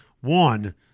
One